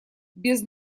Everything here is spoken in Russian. без